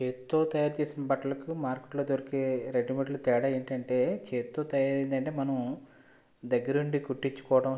చేత్తో తయారు చేసిన బట్టలకు మార్కెట్లో దొరికే రెడీమేడ్లకు తేడా ఏంటంటే చేత్తో తయారైందంటే మనము దగ్గరుండి కుట్టించుకోవడం